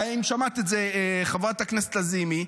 האם שמעת את זה, חברת הכנסת לזימי?